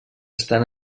estan